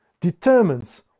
determines